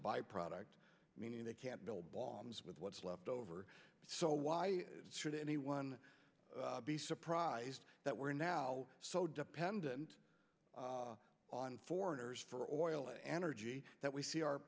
byproduct meaning they can't build bombs with what's left over so why should anyone be surprised that we're now so dependent on foreigners for oil and energy that we see our